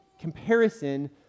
comparison